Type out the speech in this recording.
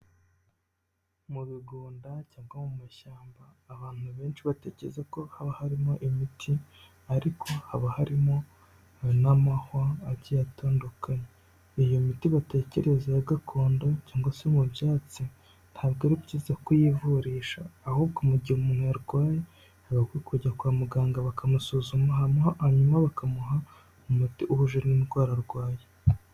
Mu bigunda cyangwa mu mashyamba, abantu benshi batekereza ko haba harimo imiti, ariko haba harimo n'amahwa agiye atandukanye, iyo miti batekereza ya gakondo cyangwa se mu byatsi, ntabwo ari byiza kuyivurisha, ahubwo mu gihe umuntu yarwaye, aba akwiye kujya kwa muganga bakamusuzuma, hanyuma bakamuha umuti uhuje n'indwara arwaye.